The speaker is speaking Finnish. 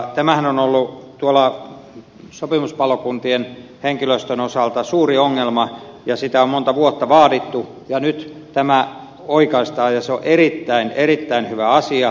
tämähän on ollut sopimuspalokuntien henkilöstön osalta suuri ongelma ja oikaisua on monta vuotta vaadittu ja nyt tämä oikaistaan ja se on erittäin erittäin hyvä asia